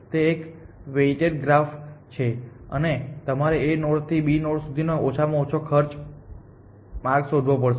તે એક weighted graph છે અને તમારે A નોડથી B નોડ સુધી ઓછામાં ઓછો ખર્ચ નો માર્ગ શોધવો પડશે